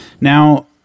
Now